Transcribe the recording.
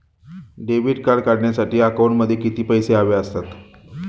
Debit card काढण्यासाठी अकाउंटमध्ये किती पैसे हवे असतात?